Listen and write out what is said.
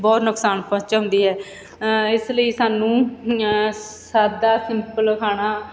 ਬਹੁਤ ਨੁਕਸਾਨ ਪਹੁੰਚਾਉਂਦੀ ਹੈ ਇਸ ਲਈ ਸਾਨੂੰ ਸਾਦਾ ਸਿੰਪਲ ਖਾਣਾ